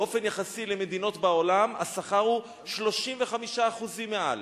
באופן יחסי למדינות בעולם, השכר הוא 35% מעל.